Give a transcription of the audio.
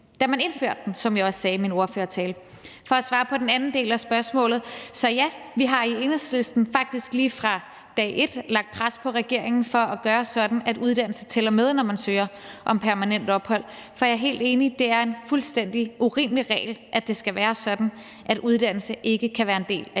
da man indførte det, som jeg også sagde i min ordførertale. For at svare på den anden del af spørgsmålet: Ja, vi har i Enhedslisten faktisk lige fra dag et lagt pres på regeringen for at gøre sådan, at uddannelse tæller med, når man søger om permanent ophold. For jeg er helt enig: Det er en fuldstændig urimelig regel, at det skal være sådan, at uddannelse ikke kan være en del af